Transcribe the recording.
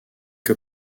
que